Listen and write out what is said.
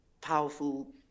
powerful